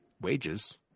wages